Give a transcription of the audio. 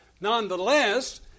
nonetheless